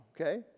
okay